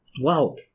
Wow